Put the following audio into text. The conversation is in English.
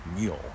meal